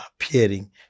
appearing